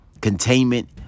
Containment